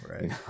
Right